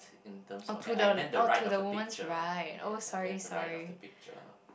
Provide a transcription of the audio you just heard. in terms okay I meant the right of the picture yes I meant the right of the picture